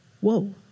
whoa